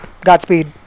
Godspeed